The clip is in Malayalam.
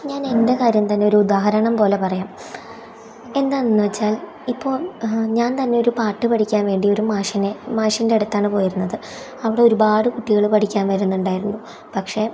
ഞാൻ എൻ്റെ കാര്യം തന്നെ ഒരുദാഹരണം പോലെ പറയാം എന്താന്നു വെച്ചാൽ ഇപ്പോൾ ഞാൻ തന്നെ ഒരു പാട്ട് പഠിക്കാൻ വേണ്ടി ഒരു മാഷിനെ മാഷിൻ്റെ അടുത്താണ് പോയിരുന്നത് അവിടൊരുപാട് കുട്ടികൾ പഠിക്കാൻ വരുന്നുണ്ടായിരുന്നു പക്ഷേ